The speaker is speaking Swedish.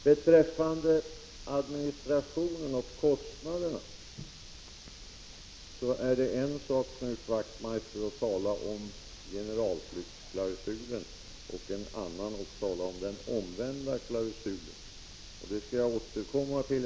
Beträffande administrationen och kostnaderna är det en sak, Knut Wachtmeister, att tala om generalklausulen och en annan att tala om den omvända klausulen — det skall jag återkomma till.